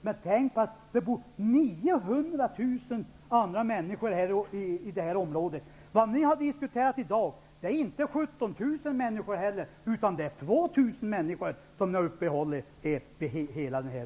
Men tänk på att det bor 900 000 andra människor i detta område. Vad ni har diskuterat i dag är inte 17 000 människor utan 2 000 människor.